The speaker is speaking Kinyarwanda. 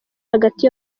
hagati